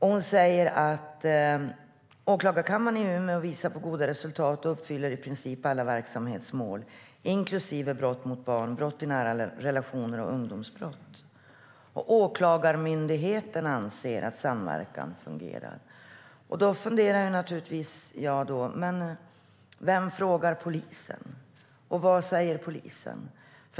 Hon säger att åklagarkammaren i Umeå visar på goda resultat och princip uppfyller alla verksamhetsmål, inklusive brott mot barn, brott i nära relationer och ungdomsbrott, samt att Åklagarmyndigheten anser att samverkan fungerar. Då funderar jag naturligtvis på vem som frågar polisen. Vad säger polisen?